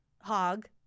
hog